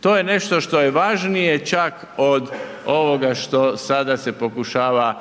To je nešto što je važnije čak od ovoga što sada se pokušava